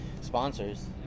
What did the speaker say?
Sponsors